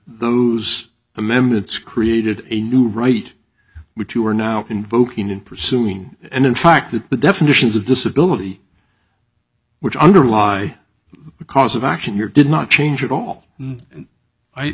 those amendments created a new right which you are now invoking and pursuing and in fact that the definitions of disability which underlie the cause of action you're did not change at all and i